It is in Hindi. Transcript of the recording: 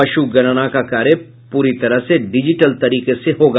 पशुगणना का कार्य प्ररी तरह से डिजीटल तरीके से होगा